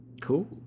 Cool